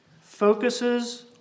focuses